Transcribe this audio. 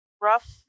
rough